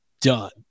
done